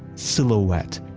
silhouette,